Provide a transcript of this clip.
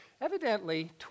Evidently